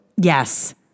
yes